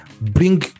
bring